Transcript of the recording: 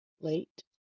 late